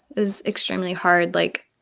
it was extremely hard. like,